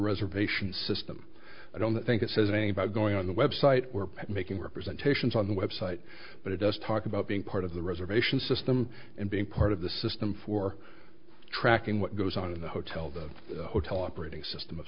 reservation system i don't think it says about going on the web site we're making representations on the website but it does talk about being part of the reservation system and being part of the system for tracking what goes on in the hotel the hotel operating system of